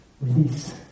release